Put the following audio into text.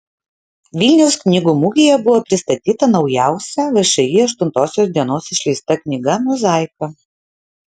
vilniaus knygų mugėje buvo pristatyta naujausia všį aštuntosios dienos išleista knyga mozaika